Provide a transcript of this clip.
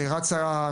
שרצה,